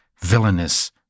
villainous